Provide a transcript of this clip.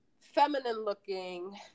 feminine-looking